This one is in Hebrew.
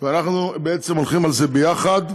ואנחנו בעצם הולכים על זה ביחד.